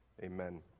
Amen